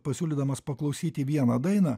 pasiūlydamas paklausyti vieną dainą